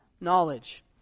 knowledge